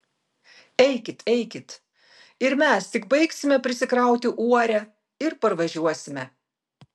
eikit eikit ir mes tik baigsime prisikrauti uorę ir parvažiuosime